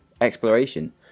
exploration